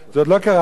זה עוד לא קרה פה,